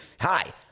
hi